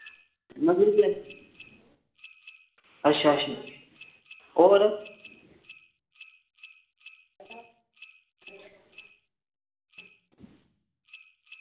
मतलब कि अच्छा अच्छा होर